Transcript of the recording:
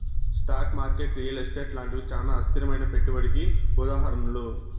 stock market real estate లాంటివి చానా అస్థిరమైనా పెట్టుబడికి ఉదాహరణలు